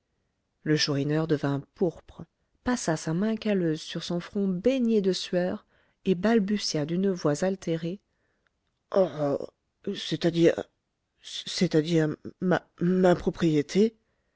le chourineur devint pourpre passa sa main calleuse sur son front baigné de sueur et balbutia d'une voix altérée oh c'est-à-dire c'est-à-dire ma propriété